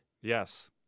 Yes